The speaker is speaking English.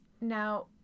Now